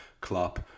Klopp